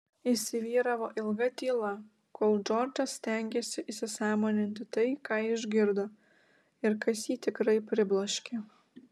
įsivyravo ilga tyla kol džordžas stengėsi įsisąmoninti tai ką išgirdo ir kas jį tikrai pribloškė